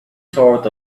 sort